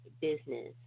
business